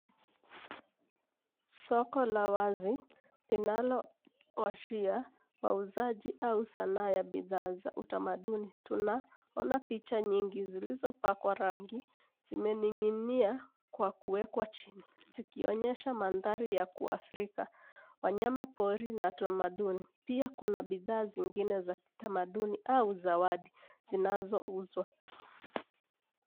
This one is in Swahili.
Soko la wazi linaloashia wauzaji au sanaa ya bidhaa za utamaduni . Tunaona picha nyingi zilizopakwa rangi zimening'inia kwa kuwekwa zikionyesha mandhari ya kiafrika, wanyamapori na tamaduni . Pia kuna bidhaa zingine za kitamaduni au zawadi zinazouzwa.